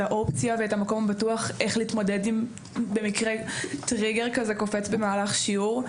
האופציה ואת המקום הבטוח איך להתמודד אם טריגר כזה קופץ במהלך שיעור,